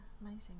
amazing